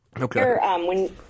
Okay